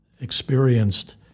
experienced